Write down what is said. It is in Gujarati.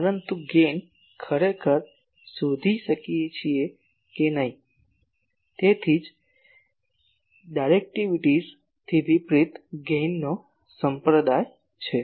પરંતુ ગેઇન ખરેખર શોધી નથી તેથી જ ડાયરેક્ટિવિટીઝથી વિપરીત ગેઇનનો સંપ્રદાયો છે